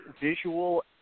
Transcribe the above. visual